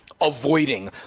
avoiding